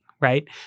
right